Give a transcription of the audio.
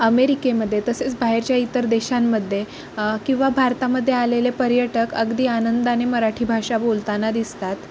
अमेरिकेमध्ये तसेच बाहेरच्या इतर देशांमध्ये किंवा भारतामध्ये आलेले पर्यटक अगदी आनंदाने मराठी भाषा बोलताना दिसतात